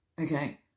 okay